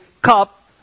cup